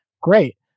great